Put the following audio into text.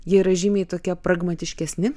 jie yra žymiai tokia pragmatiškesni